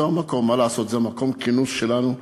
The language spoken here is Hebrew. מה לעשות, זה מקום הכינוס שלנו,